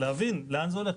להבין לאן זה הולך.